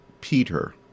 Peter